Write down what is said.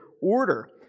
order